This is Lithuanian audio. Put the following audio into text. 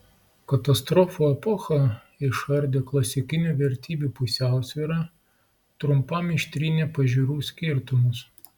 katastrofų epocha išardė klasikinių vertybių pusiausvyrą trumpam ištrynė pažiūrų skirtumus